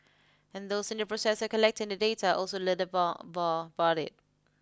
and those in the process of collecting the data also learned more more about it